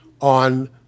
on